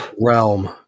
realm